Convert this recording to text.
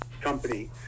company